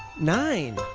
nine!